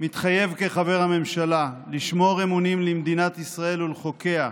מתחייב כחבר הממשלה לשמור אמונים למדינת ישראל ולחוקיה,